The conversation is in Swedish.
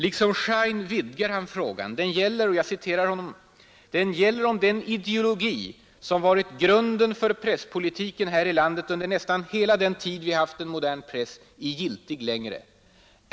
Liksom Schein vidgar han frågan — den ”gäller om den ideologi som varit grunden för presspolitiken här i landet under nästan hela den tid vi haft en modern press är giltig längre.